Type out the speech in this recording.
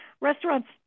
restaurants